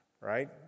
right